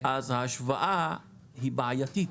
אז ההשוואה היא בעייתית.